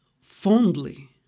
fondly